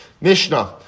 mishnah